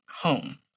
home